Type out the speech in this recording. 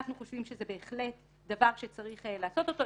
אנחנו חושבים שזה בהחלט דבר שצריך לעשות אותו,